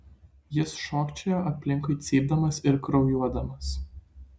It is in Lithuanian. jis šokčiojo aplinkui cypdamas ir kraujuodamas